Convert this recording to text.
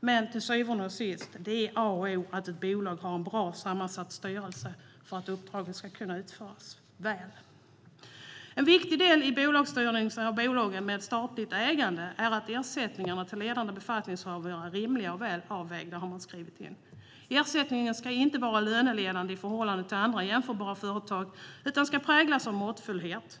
men till syvende och sist är det A och O att ett bolag har en väl sammansatt styrelse för att uppdraget ska kunna utföras väl. En viktig del i bolagsstyrningen när det gäller bolag med statligt ägande är att ersättningarna till ledande befattningshavare är rimliga och väl avvägda, har man skrivit in. Ersättningen ska inte vara löneledande i förhållande till andra jämförbara företag utan präglas av måttfullhet.